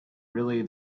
really